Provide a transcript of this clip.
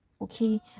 okay